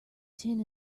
tin